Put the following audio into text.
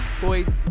boys